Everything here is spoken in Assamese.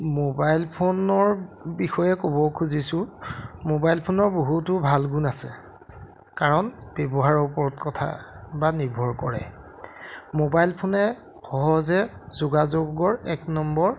ম'বাইল ফোনৰ বিষয়ে ক'ব খুজিছোঁ ম'বাইল ফোনৰ বহুতো ভাল গুণ আছে কাৰণ ব্যৱহাৰৰ ওপৰত কথা বা নিৰ্ভৰ কৰে ম'বাইল ফোনে সহজে যোগাযোগৰ এক নম্বৰ